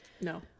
No